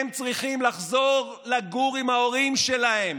הם צריכים לחזור לגור עם ההורים שלהם,